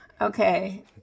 Okay